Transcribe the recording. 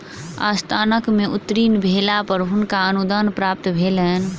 स्नातक में उत्तीर्ण भेला पर हुनका अनुदान प्राप्त भेलैन